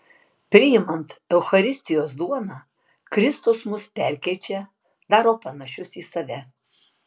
priimant eucharistijos duoną kristus mus perkeičia daro panašius į save